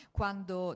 quando